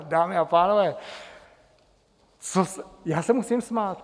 Dámy a pánové, já se musím smát.